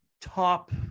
top